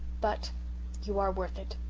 but you are worth it!